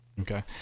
Okay